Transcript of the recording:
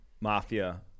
Mafia